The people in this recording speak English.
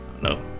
no